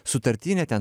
sutartinė ten